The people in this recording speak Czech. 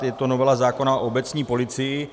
Je to novela zákona o obecní policii.